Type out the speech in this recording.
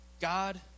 God